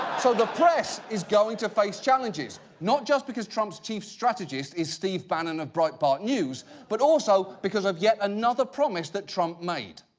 so the press is going to face challenges not just because trump's chief strategist is steve bannon of breitbart news but also because of yet another promise trump made.